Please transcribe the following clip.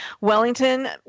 Wellington